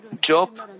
Job